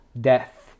death